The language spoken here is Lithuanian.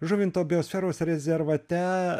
žuvinto biosferos rezervate